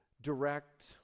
direct